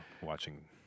watching